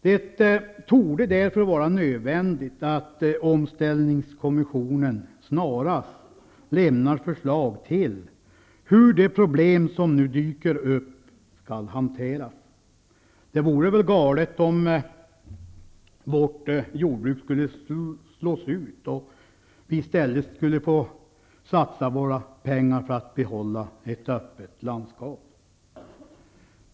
Det torde därför vara nödvändigt att omställningskommissionen snarast lämnar förslag om hur de problem som nu dyker upp skall hanteras. Det vore väl galet om vårt jordbruk slogs ut och vi i stället blev tvungna att satsa våra pengar på åtgärder för att behålla det öppna landskapet.